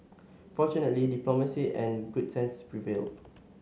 fortunately diplomacy and good sense prevailed